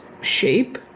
shape